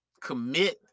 commit